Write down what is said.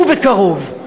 ובקרוב.